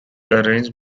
arranged